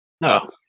No